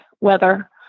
weather